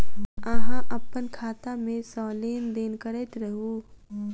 अहाँ अप्पन खाता मे सँ लेन देन करैत रहू?